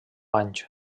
anys